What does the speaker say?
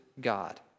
God